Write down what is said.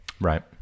Right